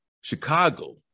chicago